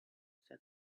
said